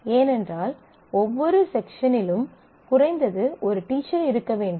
ஏனென்றால் ஒவ்வொரு செக்ஷனிலும் குறைந்தது ஒரு டீச்சர் இருக்க வேண்டும்